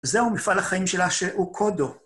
זהו מפעל החיים שלה שהוא קודו.